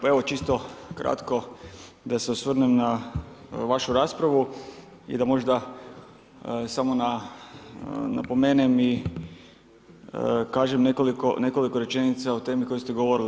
Pa evo čisto kratko da se osvrnem na vašu raspravu i da možda samo napomenem i kažem nekoliko rečenica o temi o kojoj ste govorili.